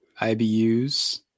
IBUs